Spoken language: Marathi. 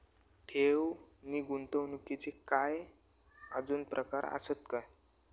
ठेव नी गुंतवणूकचे काय आजुन प्रकार आसत काय?